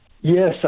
Yes